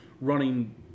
running